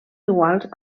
iguals